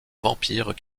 vampires